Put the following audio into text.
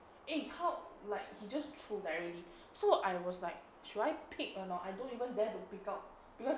eh how like he just throw directly so I was like should I pick or not I don't even dare to pick up because